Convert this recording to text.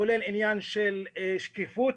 כולל עניין של שקיפות,